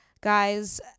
Guys